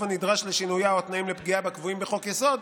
הנדרש לשינויה או התנאים לפגיעה בה קבועים בחוק-יסוד,